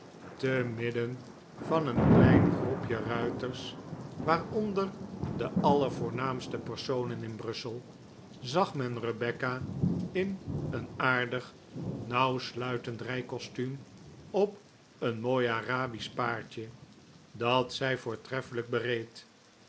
te midden van een klein groepje ruiters waaronder de allervoornaamste personen in brussel zag men rebecca in een aardig nauwsluitend rijcostuum op een mooi arabisch paardje dat zij voortreffelijk bereed